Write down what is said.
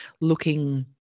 looking